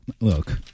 look